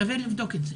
שווה לבדוק את זה.